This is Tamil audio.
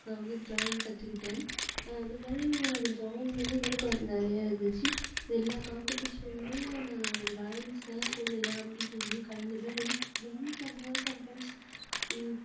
நான் வந்து டிராயிங் கத்துகிட்டேன் இந்தமாரி எனக்கு டிராயிங் வந்து ஈடுபாடு நிறைய இருந்துச்சு எல்லாம் காம்பட்டிஷன்லேயும் நான் டிராயிங்ஸ்தான் ஸ்கூலில் எல்லாம் காம்பட்டிஷன்லேயும் கலந்துப்பேன் வின் வின் பண்ணுவேன் சம்டைம்ஸ்